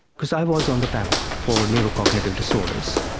because i was on the panel for neurocognitive disorders,